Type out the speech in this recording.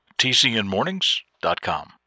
tcnmornings.com